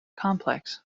complex